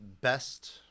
best